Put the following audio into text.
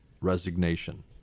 resignation